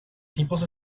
tipos